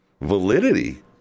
validity